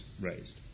raised